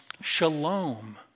shalom